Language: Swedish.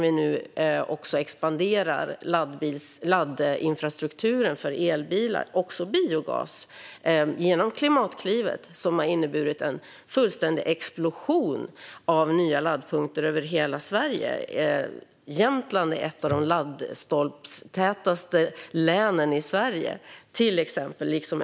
Vi expanderar nu laddinfrastrukturen för elbilar och biogasbilar genom Klimatklivet, som har inneburit en fullständig explosion av nya laddpunkter över hela Sverige. Jämtland och Östergötland hör till de laddstolptätaste länen i Sverige.